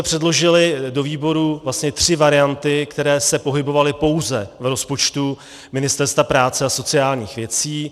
Předložili jsme do výboru tři varianty, které se pohybovaly pouze v rozpočtu Ministerstva práce a sociálních věcí.